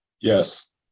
Yes